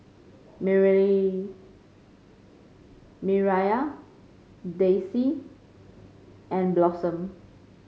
Miriah Dayse and Blossom